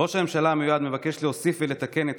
ראש הממשלה המיועד מבקש להוסיף ולתקן את